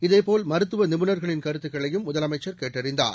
இதேபோல் மருத்துவ நிபுணர்களின் கருத்துக்களையும் முதலமைச்சர் கேட்டறிந்தார்